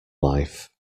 life